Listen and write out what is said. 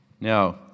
Now